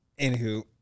Anywho